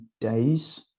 days